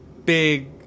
Big